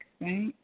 right